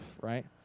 right